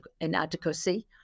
inadequacy